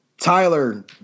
Tyler